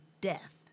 death